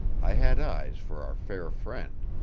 i had eyes for our fair friend,